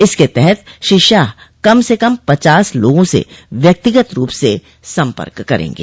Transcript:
इसके तहत श्री शाह कम से कम पचास लोगों से व्यक्तिगत रूप से सम्पर्क करेंगे